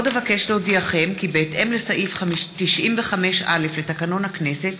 עוד אבקש להודיעכם כי בהתאם לסעיף 95(א) לתקנון הכנסת